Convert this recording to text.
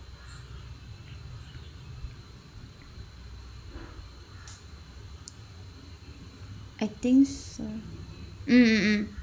I think so mm mm mm